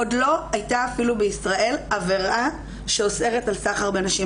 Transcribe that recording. עוד לא הייתה אפילו בישראל עבירה שאוסרת על סחר בנשים.